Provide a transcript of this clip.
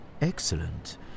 Excellent